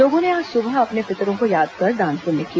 लोगों ने आज सुबह अपने पितरों को याद कर दान पुण्य किया